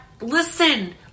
Listen